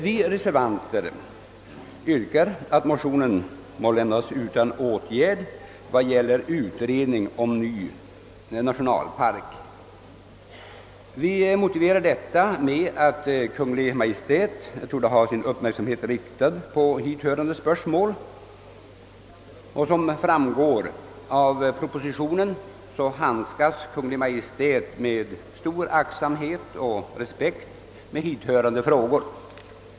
Vi reservanter yrkar att motionen lämnas utan åtgärd i vad gäller utredning om en ny nationalpark. Vi motiverar vårt yrkande med att Kungl. Maj:t torde ha sin uppmärksamhet riktad på hithörande spörsmål. Såsom också framgår av propositionen, handlägger Kungl. Maj:t sådana frågor med stor aktsamhet och respekt.